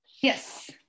Yes